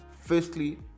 firstly